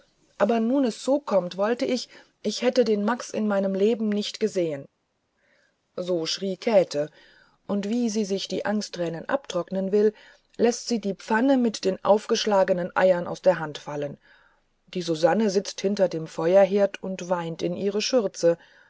aber nun es so kommt wollte ich ich hätte den max in meinem leben nicht gesehen so schrie käte und wie sie sich die angsttränen abtrocknen will läßt sie die pfanne mit den aufgeschlagenen eiern aus der hand fallen die susanne sitzt hinter dem feuerherd und weint hinter ihrer schürze